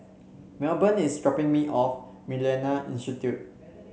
Melbourne is dropping me off MillenniA Institute